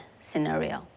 scenario